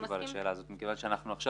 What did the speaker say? אין לי תשובה לשאלה הזאת מכיוון שאנחנו עכשיו